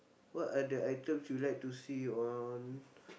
what are the items you like to see on